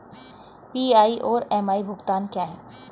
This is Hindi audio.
पी.आई और एम.आई भुगतान क्या हैं?